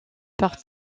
par